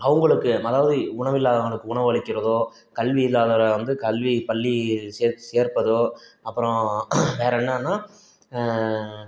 அவங்களுக்கு அதாவது உணவு இல்லாதவங்களுக்கு உணவளிக்கிறதோ கல்வி இல்லாதவர் வந்து கல்வி பள்ளி சேர் சேர்ப்பதோ அப்புறோம் வேறு என்னன்னா